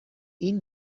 این